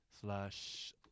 slash